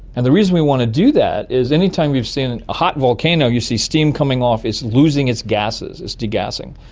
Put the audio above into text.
and the reason we want to do that is any time you've seen a hot volcano, you see steam coming off, it's losing its gases, it's de-gassing.